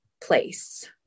place